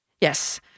yes